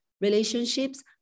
relationships